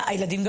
הילדים,